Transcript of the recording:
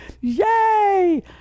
Yay